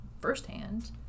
firsthand